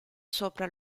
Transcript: sopra